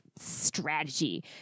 strategy